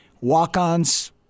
walk-ons